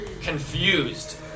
confused